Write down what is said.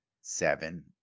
seven